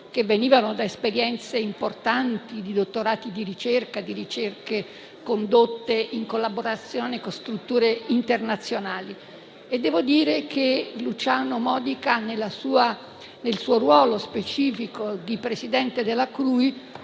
che venivano da esperienze importanti di dottorati di ricerca, condotti in collaborazione con strutture internazionali. Luciano Modica, nel suo ruolo specifico di presidente della CRUI,